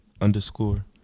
underscore